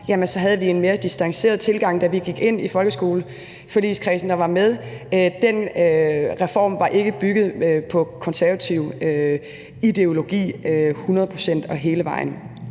sagt, så havde vi en mere distanceret tilgang, da vi gik ind i folkeskoleforligskredsen og var med, for den reform var ikke hundrede procent og hele vejen